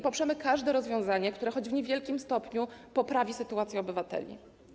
Poprzemy każde rozwiązanie, które choć w niewielkim stopniu poprawi sytuację obywateli.